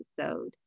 episode